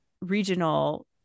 regional